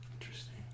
Interesting